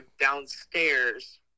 downstairs